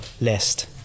list